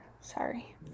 Sorry